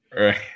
right